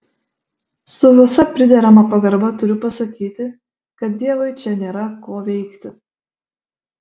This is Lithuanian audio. su visa priderama pagarba turiu pasakyti kad dievui čia nėra ko veikti